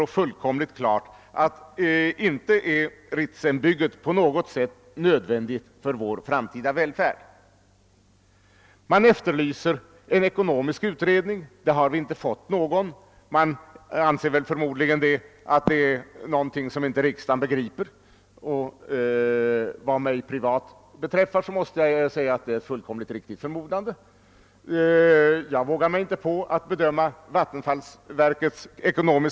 Vi måste också förstå att om inte detta blir genomfört det på sätt och vis känns bittert för vattenfallsverket. Men det kan inte hjälpas. Vi är inte ensamma längre — vi har andra länder att ta hänsyn till också. Och när andra länder kommer in i denna bild är inte dessa 615 000 km? fjällvärld — det var jordbruksministern som nämnde siffran — så förfärligt mycket.